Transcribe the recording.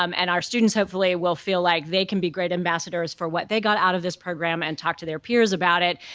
um and our students hopefully will feel like they can be great ambassadors for what they got out of this program and talk to their peers about it,